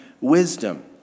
wisdom